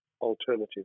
alternative